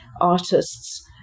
artists